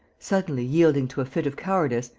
suddenly yielding to a fit of cowardice,